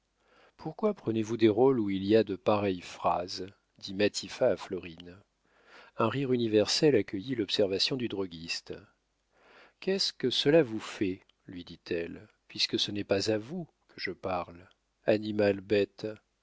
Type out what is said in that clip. pourquoi prenez-vous des rôles où il y a de pareilles phrases dit matifat à florine un rire universel accueillit l'observation du droguiste qu'est-ce que cela vous fait lui dit-elle puisque ce n'est pas à vous que je parle animal bête